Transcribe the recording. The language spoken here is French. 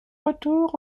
retour